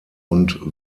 und